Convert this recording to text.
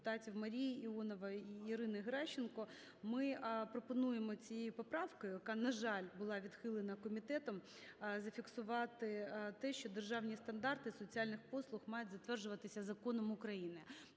депутатів МаріїІонової і Ірини Геращенко. Ми пропонуємо цією поправкою, яка, на жаль, була відхилена комітетом, зафіксувати те, що державні стандарти соціальних послуг мають затверджуватися законом України.